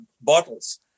bottles